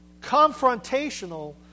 confrontational